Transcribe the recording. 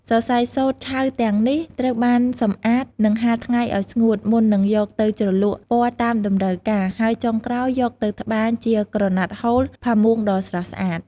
សរសៃសូត្រឆៅទាំងនេះត្រូវបានសម្អាត និងហាលថ្ងៃឲ្យស្ងួត មុននឹងយកទៅជ្រលក់ពណ៌តាមតម្រូវការ ហើយចុងក្រោយយកទៅត្បាញជាក្រណាត់ហូល ផាមួងដ៏ស្រស់ស្អាត។